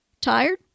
Tired